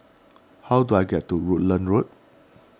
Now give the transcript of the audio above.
how do I get to Rutland Road